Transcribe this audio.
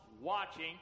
watching